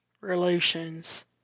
relations